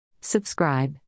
Subscribe